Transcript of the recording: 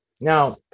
now